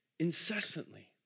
incessantly